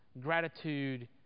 gratitude